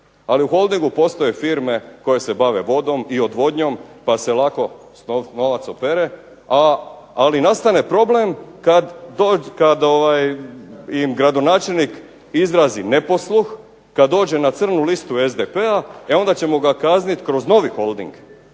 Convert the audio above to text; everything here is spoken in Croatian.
Ali u Holdingu postoje firme koje se bave vodom i odvodnjom pa se lako novac opere, ali nastane problem kad im gradonačelnik izrazi neposluh, kad dođe na crnu listu SDP-a. E onda ćemo ga kazniti kroz novi Holding,